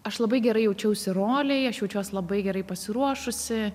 aš labai gerai jaučiausi rolėj aš jaučiuos labai gerai pasiruošusi